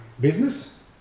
business